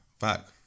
back